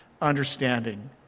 understanding